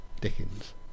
Dickens